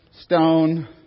stone